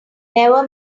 never